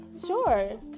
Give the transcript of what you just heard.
sure